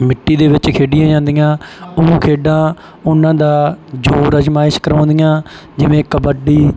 ਮਿੱਟੀ ਦੇ ਵਿੱਚ ਖੇਡੀਆਂ ਜਾਂਦੀਆਂ ਉਹ ਖੇਡਾਂ ਉਹਨਾਂ ਦਾ ਜੋਰ ਅਜਮਾਇਸ਼ ਕਰਵਾਉਂਦੀਆਂ ਜਿਵੇਂ ਕਬੱਡੀ